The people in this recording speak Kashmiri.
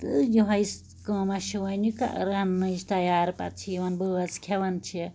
تہٕ یہے کٲمہَ چھِ ونۍ رَننچ تیار پَتہٕ چھِ یوان بٲژ کھیٚوان چھِ